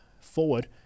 forward